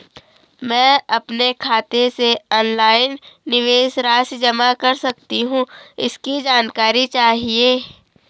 मैं अपने खाते से ऑनलाइन निवेश राशि जमा कर सकती हूँ इसकी जानकारी चाहिए?